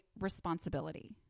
responsibility